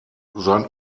sein